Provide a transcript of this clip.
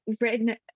Written